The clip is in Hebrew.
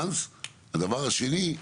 הדבר השני,